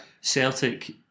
Celtic